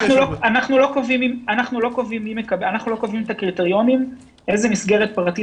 אנחנו לא קובעים את הקריטריונים איזה מסגרת פרטית